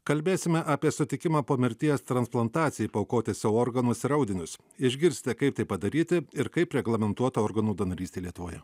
kalbėsime apie sutikimą po mirties transplantacijai paaukoti savo organus ir audinius išgirsite kaip tai padaryti ir kaip reglamentuota organų donorystė lietuvoje